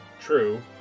True